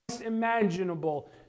imaginable